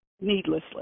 needlessly